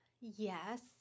yes